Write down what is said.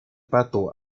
pato